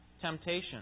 temptation